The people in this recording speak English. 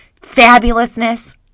fabulousness